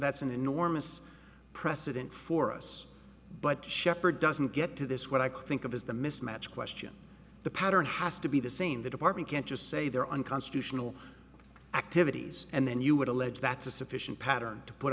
that's an enormous precedent for us but shepherd doesn't get to this what i could think of is the mismatch question the pattern has to be the same the department can't just say there are unconstitutional activities and then you would allege that's a sufficient pattern to put